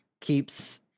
keeps